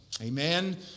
Amen